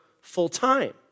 full-time